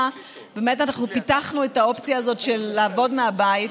אנחנו פיתחנו את האופציה הזאת לעבוד מהבית.